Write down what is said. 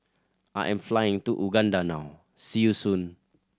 I am flying to Uganda now see you soon